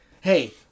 Hey